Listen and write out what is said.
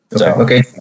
okay